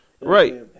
Right